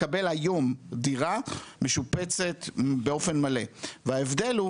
מקבל היום דירה משופצת באופן מלא וההבדל הוא